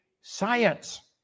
science